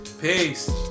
Peace